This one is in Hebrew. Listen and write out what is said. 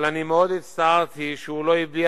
אבל אני מאוד הצטערתי שהוא לא הביע